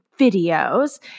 videos